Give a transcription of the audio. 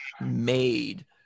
made